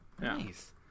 Nice